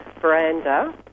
veranda